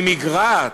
היא מגרעת,